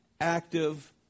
active